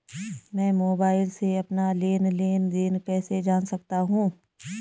मैं मोबाइल से अपना लेन लेन देन कैसे जान सकता हूँ?